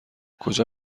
کجا